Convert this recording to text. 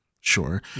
Sure